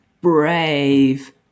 brave